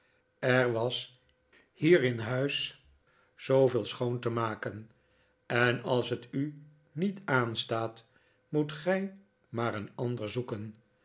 er was hier in huis zooveel schoon te maken en als het u niet aanstaat moet gij maar een ander zoeken